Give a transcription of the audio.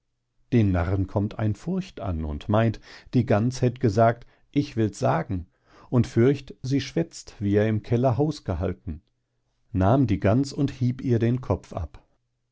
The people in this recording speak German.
den narren kommt ein furcht an und meint die gans hät gesagt ich wills sagen und fürcht sie schwätzt wie er im keller haus gehalten nahm die gans und hieb ihr den kopf ab